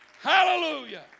Hallelujah